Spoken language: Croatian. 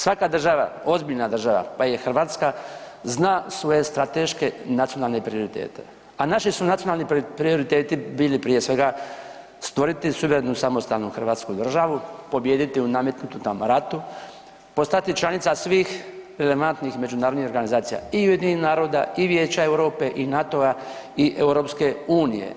Svaka država, ozbiljna država pa i Hrvatska zna svoje strateške nacionalne prioritete, a naši su nacionalni prioriteti bili prije svega stvoriti suverenu samostalnu Hrvatsku državu, pobijediti u nametnutom ratu, postati članica svih relevantnih međunarodnih organizacija i UN-a, i Vijeća Europe i NATO-a i EU.